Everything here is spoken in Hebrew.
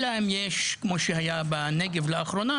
אלא אם יש מקרה כמו מה שהיה בנגב לאחרונה,